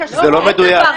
זה לא מדויק.